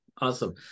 Awesome